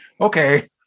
okay